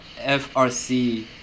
FRC